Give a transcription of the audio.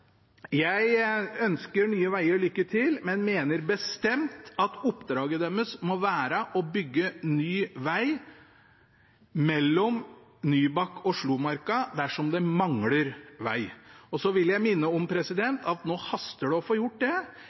Jeg ønsker Nye veier lykke til, men mener bestemt at oppdraget deres må være å bygge ny veg mellom Nybakk og Slomarka der det mangler veg. Så vil jeg minne om at nå haster det med å få gjort det.